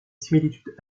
similitude